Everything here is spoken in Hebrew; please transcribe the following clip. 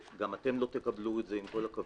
גם אתם לא תקבלו את זה, עם כל הכבוד.